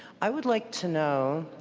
i would like to know,